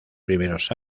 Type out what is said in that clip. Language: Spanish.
primeros